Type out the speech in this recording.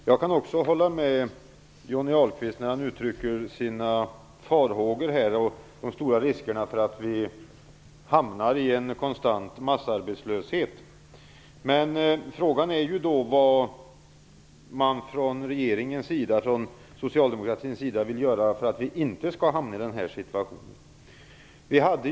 Fru talman! Jag kan också hålla med Johnny Ahlqvist när han uttrycker sina farhågor om de stora riskerna för att vi hamnar i en konstant massarbetslöshet. Men frågan är vad man från regeringens sida, från socialdemokratins sida, vill göra för att vi inte skall hamna i denna situation.